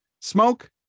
Smoke